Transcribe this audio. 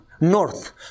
north